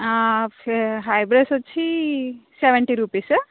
ఫే ఐబ్రోస్ వచ్చి seventy rupees